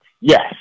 Yes